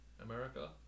America